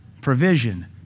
provision